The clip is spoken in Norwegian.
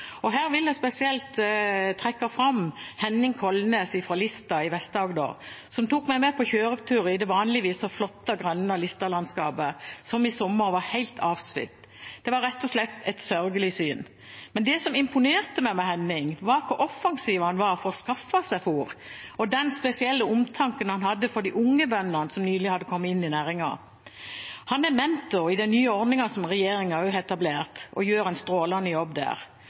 situasjonen. Her vil jeg spesielt trekke fram Henning Kolnes fra Lista i Vest-Agder, som tok meg med på kjøretur i det vanligvis så flotte og grønne Lista-landskapet, som i sommer var helt avsvidd. Det var rett og slett et sørgelig syn. Men det som imponerte meg med Henning, var hvor offensiv han var for å skaffe seg fôr, og den spesielle omtanken han hadde for de unge bøndene som nylig hadde kommet inn i næringen. Han er mentor i den nye ordningen som regjeringen også har etablert, og gjør en strålende jobb der.